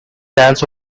dance